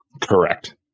Correct